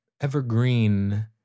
evergreen